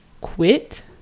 quit